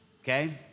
okay